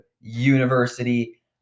university